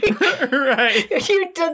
Right